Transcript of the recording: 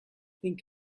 think